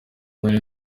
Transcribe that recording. nari